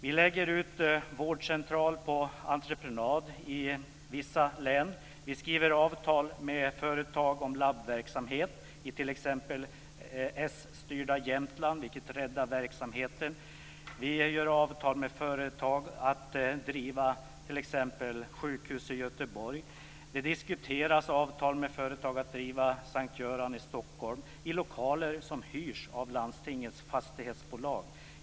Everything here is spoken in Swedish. Vi lägger ut vårdcentraler på entreprenad i vissa län. Vi skriver avtal med företag om laboratorieverksamhet i t.ex. s-styrda Jämtland, vilket räddar verksamheten. Vi sluter avtal med företag om att driva t.ex. sjukhus i Göteborg. Det diskuteras avtal med företag om att driva S:t Göran i Stockholm i lokaler som hyrs av landstingets fastighetsbolag.